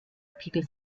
pickel